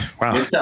Wow